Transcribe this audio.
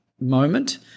moment